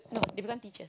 no they become teachers